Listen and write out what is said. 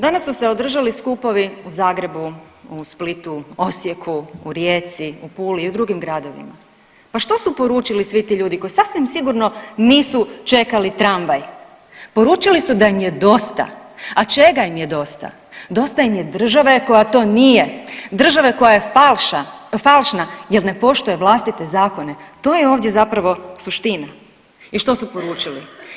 Danas su se održali skupovi u Zagrebu, u Splitu, Osijeku, u Rijeci, u Puli i u drugim gradovima, pa što su poručili svi ti ljudi koji sasvim sigurno nisu čekali tramvaj, poručili su da im je dosta, a čega im je dosta, dosta im je države koja to nije, države koja je falša, falšna jer ne poštuje vlastite zakone, to je ovdje zapravo suština i što su poručili?